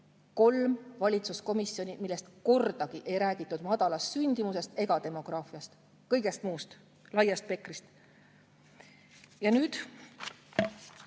kolm valitsuskomisjoni, milles kordagi ei räägitud madalast sündimusest ega demograafiast. Kõigest muust, laiast spektrist. Ja nüüd,